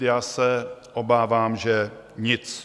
Já se obávám, že nic.